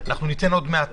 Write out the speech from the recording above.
עוד מעט